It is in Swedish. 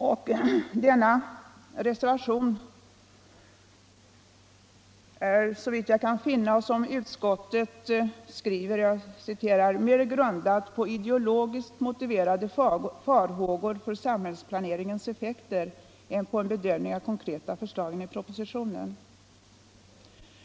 Yrkandet i denna reservation — som bygger på motionen 1975:2072 — är, såvitt jag kan finna och som utskottet skriver, ”mer grundat på ideologiskt motiverade farhågor för samhällsplaneringens effekter än på en bedömning av de konkreta förslagen i propositionen”.